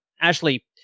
Ashley